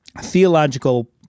theological